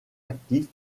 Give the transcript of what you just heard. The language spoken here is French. actif